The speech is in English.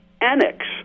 annex